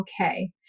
okay